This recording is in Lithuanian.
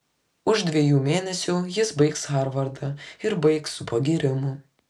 už dviejų mėnesių jis baigs harvardą ir baigs su pagyrimu